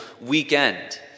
weekend